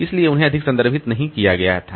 इसलिए उन्हें अधिक संदर्भित नहीं किया गया था